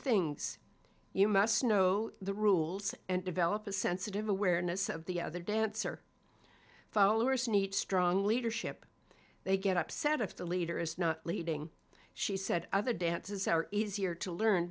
things you must know the rules and develop a sensitive awareness of the other dancer followers need strong leadership they get upset if the leader is not leading she said other dancers are easier to learn